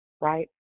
right